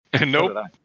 Nope